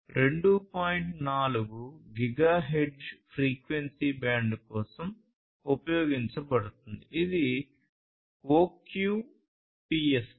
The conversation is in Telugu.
4 గిగాహెర్ట్జ్ ఫ్రీక్వెన్సీ బ్యాండ్ కోసం ఉపయోగించబడుతుంది ఇది OQPSK